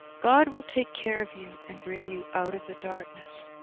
god will take care of you and bring you out of the darkness.